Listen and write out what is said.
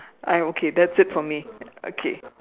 I'm okay that's it for me okay